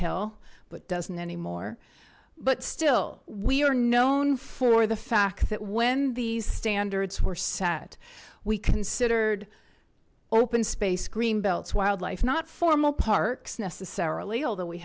hill but doesn't anymore but still we are known for the fact that when these standards were sad we considered open space green belts wildlife not formal parks necessarily although we